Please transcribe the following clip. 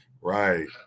right